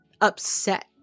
upset